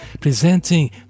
presenting